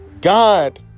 God